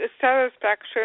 satisfaction